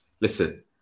listen